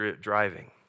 driving